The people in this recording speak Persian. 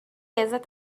ازت